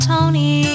Tony